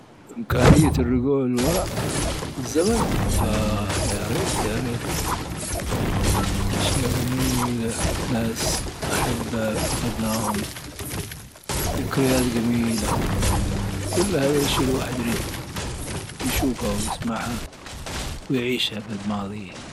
امكانية الرجوع للوراء بالزمن؟ آه يا ريت يا ريت أشياء جميلة، ناس أحباء فقدناهم، ذكريات جميلة. كل هذي أشيا الواحد يريد يشوفها ويسمعها ويعيشها في الماضي.